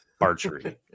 archery